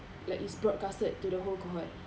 like is broadcasted to the whole cohort